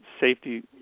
safety